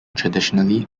traditionally